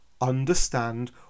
understand